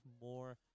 more